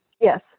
Yes